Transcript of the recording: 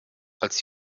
als